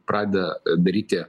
pradeda daryti